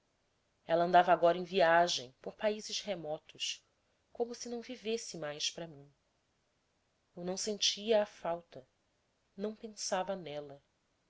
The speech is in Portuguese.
ela andava agora em viagem por países remotos como se não vivesse mais para mim eu não sentia a falta não pensava nela